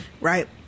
Right